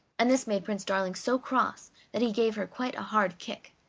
and this made prince darling so cross that he gave her quite a hard kick.